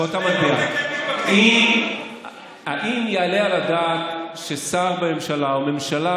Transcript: האם יעלה על הדעת ששר בממשלה, או ממשלה